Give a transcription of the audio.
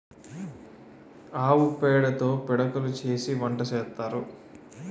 ఆవు పేడతో పిడకలు చేసి వంట సేత్తారు